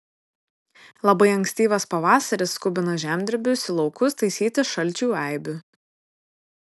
labai ankstyvas pavasaris skubina žemdirbius į laukus taisyti šalčių eibių